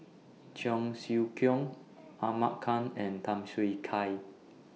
Cheong Siew Keong Ahmad Khan and Tham Yui Kai